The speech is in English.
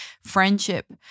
friendship